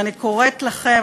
ואני קוראת לכם,